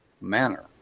manner